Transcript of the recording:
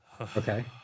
okay